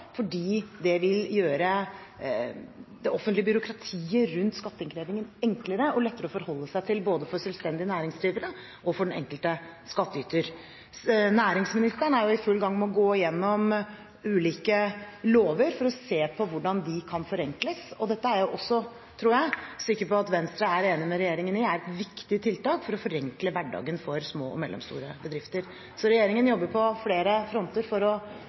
fordi det vil gjøre det offentlige byråkratiet rundt skatteinnkrevingen enklere og lettere å forholde seg til både for selvstendig næringsdrivende og for den enkelte skattyter. Næringsministeren er i full gang med å gå gjennom ulike lover for å se på hvordan de kan forenkles. Dette er jeg sikker på at Venstre er enig med regjeringen i er et viktig tiltak for å forenkle hverdagen for små og mellomstore bedrifter. Så regjeringen jobber på flere fronter for